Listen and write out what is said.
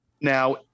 now